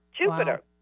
Jupiter